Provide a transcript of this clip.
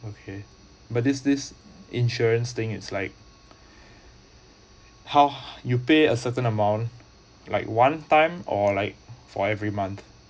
okay but this this insurance thing it's like how you pay a certain amount like one time or like for every month